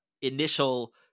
initial